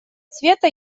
цвета